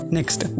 Next